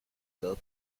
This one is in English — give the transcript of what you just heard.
girl